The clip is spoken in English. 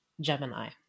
Gemini